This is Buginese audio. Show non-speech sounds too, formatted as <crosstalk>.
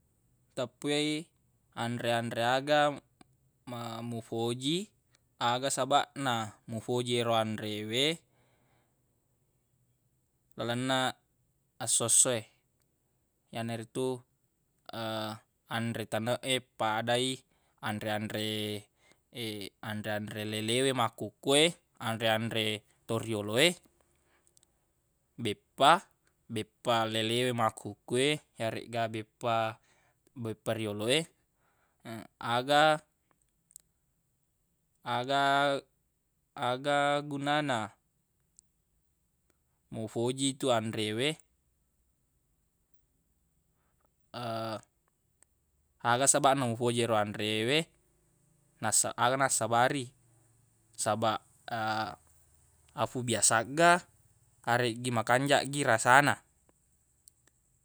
Teppui anre-anre aga ma- mufoji aga sabaq na mufoji ero anre we lalenna esso-esso e yanaritu <hesitation> anre taneq e pada i anre-anre <hesitation> anre-anre lele we makkukoe anre-anre toriyolo e <noise> beppa beppa lele we makkukoe yaregga beppa beppa riolo e <hesitation> aga- aga- aga gunana mufoji yetu anre we <hesitation> aga sabaq na mufoji ero anre we <noise> nassa- aga nassabari <noise> sabaq <hesitation> afubiasagga areggi makanjaq gi rasana.